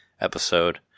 episode